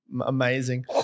Amazing